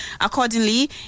Accordingly